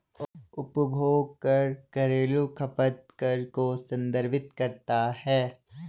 उपभोग कर घरेलू खपत कर को संदर्भित करता है